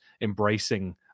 embracing